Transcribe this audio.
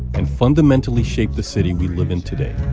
and fundamentally shaped the city we live in today,